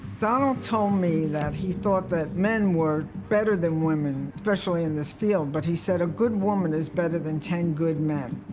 donald told me that he thought that men were better than women, especially in this field, but he said a good woman is better than ten good men.